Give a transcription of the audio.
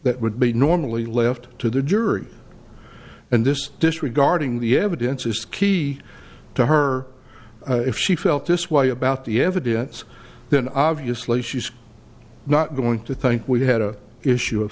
that would be normally left to the jury and this disregarding the evidence is key to her if she felt this way about the evidence then obviously she's not going to think we had a issue of